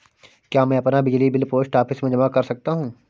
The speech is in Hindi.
क्या मैं अपना बिजली बिल पोस्ट ऑफिस में जमा कर सकता हूँ?